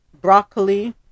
broccoli